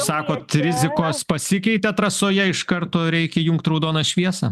sakot rizikos pasikeitė trasoje iš karto reikia įjungt raudoną šviesą